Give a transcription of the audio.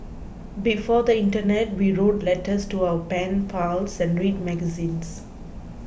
before the internet we wrote letters to our pen pals and read magazines